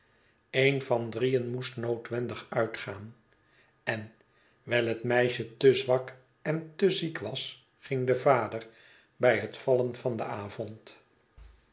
een van drieen moest noodwendig uitgaan en wij i het meisje te zwak en te ziek was ging de vader bij het vallen van den avond